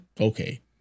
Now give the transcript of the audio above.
okay